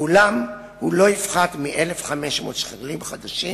ואולם הוא לא יפחת מ-1,500 שקלים חדשים